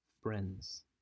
friends